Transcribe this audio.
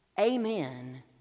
Amen